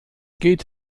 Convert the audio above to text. geht